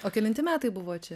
o kelinti metai buvo čia